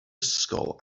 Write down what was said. ysgol